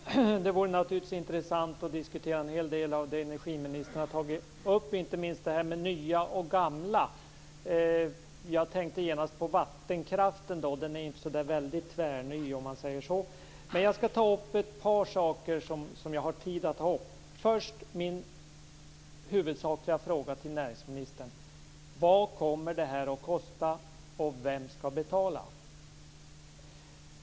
Fru talman! Det vore naturligtvis intressant att diskutera en hel del av det näringsministern har tagit upp, inte minst det här med det nya och gamla. Jag tänkte genast på vattenkraften. Den är ju inte så där väldigt tvärny, om man säger så. Men jag skall ta upp ett par saker som jag har tid att ta upp. För det första är min huvudsakliga fråga till näringsministern: Vad kommer det här att kosta, och vem skall betala?